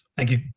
thank you.